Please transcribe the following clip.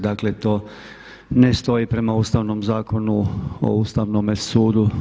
Dakle, to ne stoji prema Ustavnom zakonu o Ustavnome sudu.